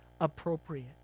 appropriate